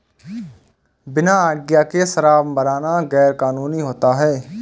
बिना आज्ञा के शराब बनाना गैर कानूनी होता है